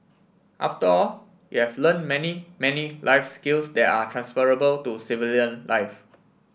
after all you have learn many many life skills that are transferable to civilian life